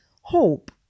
Hope